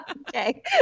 Okay